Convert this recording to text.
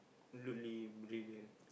look really brilliant